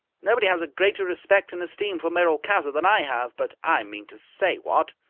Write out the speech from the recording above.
nobody has a greater respect and esteem for merolchazzar than i have, but i mean to say, what!